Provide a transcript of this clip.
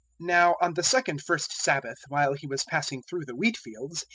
now on the second-first sabbath while he was passing through the wheatfields,